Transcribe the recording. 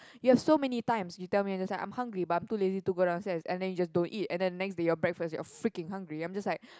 you have so many times you tell me that's like I'm hungry but I'm too lazy to go downstairs and then you just don't eat and then the next day your breakfast you are freaking hungry I'm just like